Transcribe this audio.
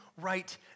right